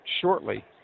shortly